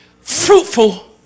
fruitful